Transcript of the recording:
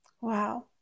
wow